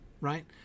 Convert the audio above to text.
right